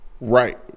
Right